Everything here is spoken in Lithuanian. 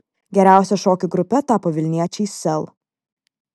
geriausia šokių grupe tapo vilniečiai sel